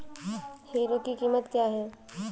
Hero की कीमत क्या है?